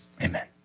Amen